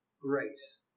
grace